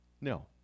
No